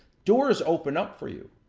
doors open up for you.